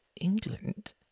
England—